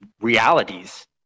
realities